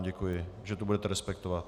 Děkuji vám, že to budete respektovat.